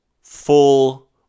full